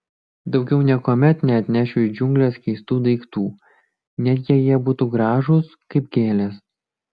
daugiau niekuomet neatnešiu į džiungles keistų daiktų net jei jie būtų gražūs kaip gėlės